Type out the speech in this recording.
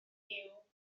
giw